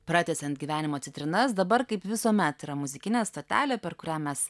pratęsiant gyvenimo citrinas dabar kaip visuomet yra muzikinė stotelė per kurią mes